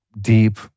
deep